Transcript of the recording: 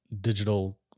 digital